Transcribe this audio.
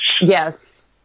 Yes